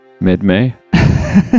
mid-May